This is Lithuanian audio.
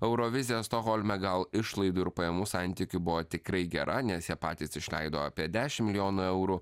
eurovizija stokholme gal išlaidų ir pajamų santykiu buvo tikrai gera nes jie patys išleido apie dešim milijonų eurų